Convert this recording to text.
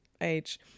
age